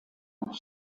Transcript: noch